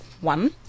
one